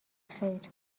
خیر